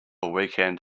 weekend